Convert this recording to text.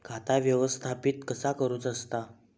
खाता व्यवस्थापित कसा करुचा असता?